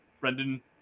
brendan